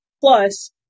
Plus